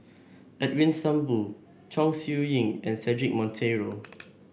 Edwin Thumboo Chong Siew Ying and Cedric Monteiro